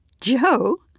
Joe